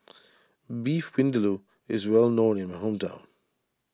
Beef Vindaloo is well known in my hometown